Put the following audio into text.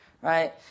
right